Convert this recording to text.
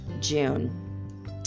June